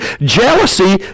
Jealousy